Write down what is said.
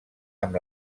amb